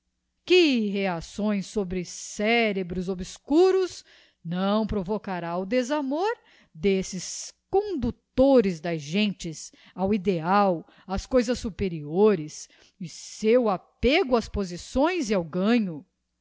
que reacções sobre cérebros obscuros não provocará o desamor d'eíjses conductores das gentes ao ideal ás coisas superiores e seu apego ás posições e ao ganho